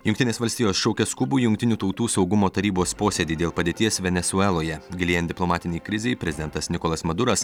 jungtinės valstijos šaukia skubų jungtinių tautų saugumo tarybos posėdį dėl padėties venesueloje gilėjant diplomatinei krizei prezidentas nikolas maduras